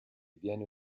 viene